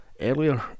earlier